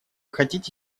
хотите